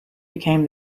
became